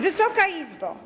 Wysoka Izbo!